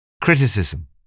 criticism